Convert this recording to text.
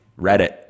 Reddit